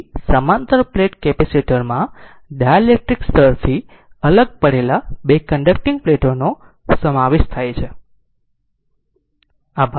તેથી સમાંતર plate capacitor માં ડાઇલેક્ટ્રિક સ્તરથી અલગ પડેલા બે કન્ડકટીંગ પ્લેટો નો સમાવેશ થાય છે